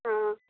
हाँ